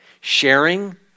Sharing